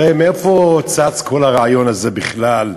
הרי מאיפה צץ כל הרעיון הזה בכלל,